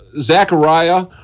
Zechariah